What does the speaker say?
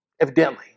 Evidently